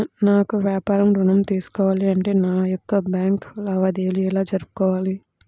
నాకు వ్యాపారం ఋణం తీసుకోవాలి అంటే నా యొక్క బ్యాంకు లావాదేవీలు ఎలా జరుపుకోవాలి?